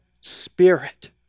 spirit